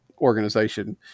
organization